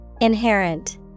Inherent